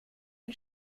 ein